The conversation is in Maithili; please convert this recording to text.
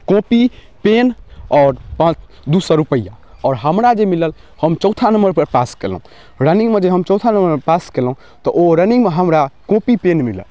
कॉपी पेन और पान दू सौ रुपैया और हमरा जे मिलल हम चौथा नम्बर पर पास केलौ रनिंग मे जे हम चौथा नम्बर पर पास केलौ तऽ ओ रनिंग मे हमरा कॉपी पेन मिलल